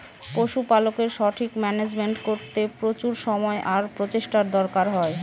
পশুপালকের সঠিক মান্যাজমেন্ট করতে প্রচুর সময় আর প্রচেষ্টার দরকার হয়